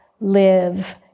live